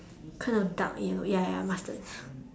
kind of dark yellow ya ya mustard